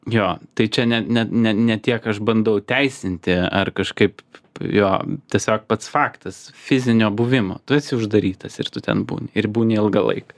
jo tai čia ne ne ne ne tiek aš bandau teisinti ar kažkaip jo tiesiog pats faktas fizinio buvimo tu esi uždarytas ir tu ten ir būni ilgą laiką